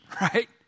Right